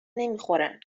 نمیخورن